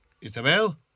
Isabel